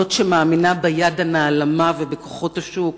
זאת שמאמינה ביד הנעלמה ובכוחות השוק,